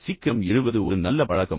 சீக்கிரம் எழுவது ஒரு நல்ல பழக்கம்